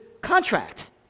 contract